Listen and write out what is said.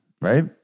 right